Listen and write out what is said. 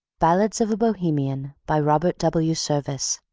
ballads of a bohemian by robert w. service